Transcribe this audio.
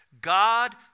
God